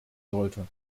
sollte